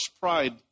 pride